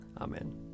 Amen